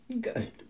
good